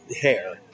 hair